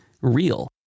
real